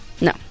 No